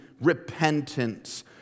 repentance